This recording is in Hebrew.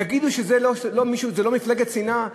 ויגידו שזה לא מפלגת שנאה?